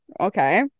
Okay